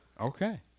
Okay